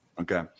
Okay